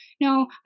no